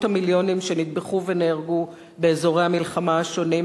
המיליונים שנטבחו ונהרגו באזורי המלחמה השונים,